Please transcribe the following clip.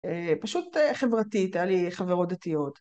פשוט חברתית, היה לי חברות דתיות.